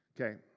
Okay